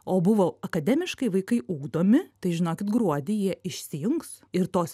o buvo akademiškai vaikai ugdomi tai žinokit gruodį jie išsijungs ir tos